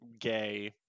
gay